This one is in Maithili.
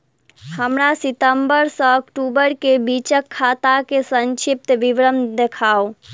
हमरा सितम्बर सँ अक्टूबर केँ बीचक खाता केँ संक्षिप्त विवरण देखाऊ?